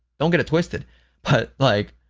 don't get it twisted but, like.